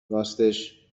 راستش